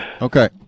okay